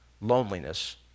loneliness